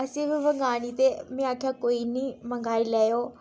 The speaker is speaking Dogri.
असें बी मंगानी ते में आखेआ कोई नी मंगाई लैएओ